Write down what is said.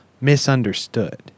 misunderstood